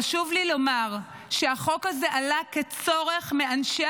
חשוב לי לומר שהחוק הזה עלה כצורך מאנשי